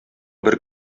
бер